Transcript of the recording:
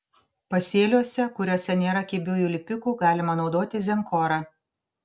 pasėliuose kuriuose nėra kibiųjų lipikų galima naudoti zenkorą